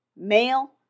Male